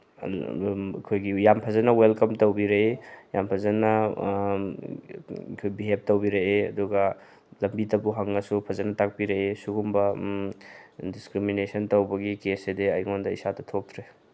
ꯑꯩꯈꯣꯏꯒꯤ ꯌꯥꯝ ꯐꯖꯅ ꯋꯦꯜꯀꯝ ꯇꯧꯕꯤꯔꯛꯏ ꯌꯥꯝ ꯐꯖꯅ ꯕꯤꯍꯦꯞ ꯇꯧꯕꯤꯔꯛꯑꯦ ꯑꯗꯨꯒ ꯂꯝꯕꯤꯇꯕꯨ ꯍꯪꯉꯁꯨ ꯐꯖꯅ ꯇꯥꯛꯄꯤꯔꯛꯑꯦ ꯁꯤꯒꯨꯝꯕ ꯗꯤꯁꯀ꯭ꯔꯤꯃꯤꯅꯦꯁꯟ ꯇꯧꯕꯒꯤ ꯀꯦꯁꯁꯤꯗꯤ ꯑꯩꯉꯣꯟꯗ ꯏꯁꯥꯗ ꯊꯣꯛꯇ꯭ꯔꯤ